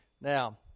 Now